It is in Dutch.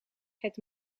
het